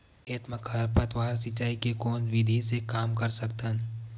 खेत म खरपतवार सिंचाई के कोन विधि से कम कर सकथन?